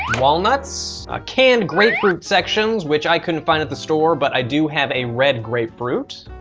walnuts. a canned grapefruit section, which i couldn't find at the store, but i do have a red grapefruit.